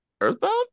Earthbound